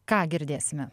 ką girdėsime